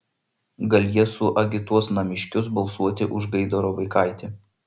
gal jie suagituos namiškius balsuoti už gaidaro vaikaitį